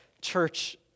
church